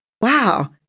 wow